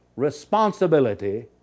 Responsibility